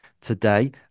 today